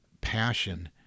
passion